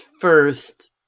first